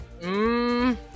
Mmm